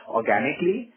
organically